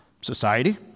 society